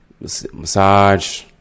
massage